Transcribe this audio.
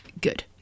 good